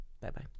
Bye-bye